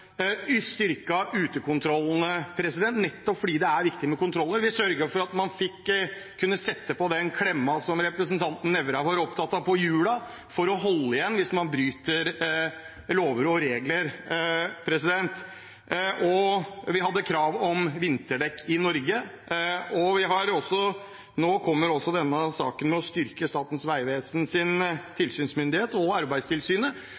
nettopp fordi det er viktig med kontroller. Vi sørget for at man kunne sette på den klemma på hjulene som representanten Nævra var opptatt av, for å holde igjen hvis man bryter lover og regler. Vi hadde krav om vinterdekk i Norge. Og nå kommer også denne saken om å styrke Statens